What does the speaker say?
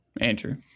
Andrew